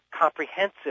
comprehensive